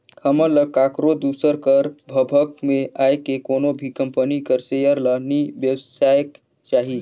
हमन ल काकरो दूसर कर भभक में आए के कोनो भी कंपनी कर सेयर ल नी बेसाएक चाही